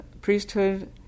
priesthood